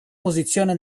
posizione